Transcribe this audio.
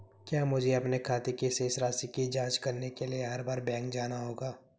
क्या मुझे अपने खाते की शेष राशि की जांच करने के लिए हर बार बैंक जाना होगा?